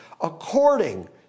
according